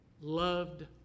loved